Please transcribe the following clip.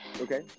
Okay